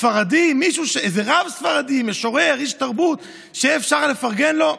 ספרדי, איזה רב ספרדי, איש תרבות, שאפשר לפרגן לו?